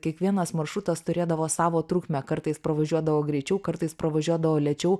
kiekvienas maršrutas turėdavo savo trukme kartais pravažiuodavo greičiau kartais pravažiuodavo lėčiau